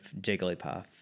jigglypuff